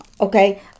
Okay